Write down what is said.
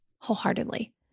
Wholeheartedly